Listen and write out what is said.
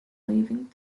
leaving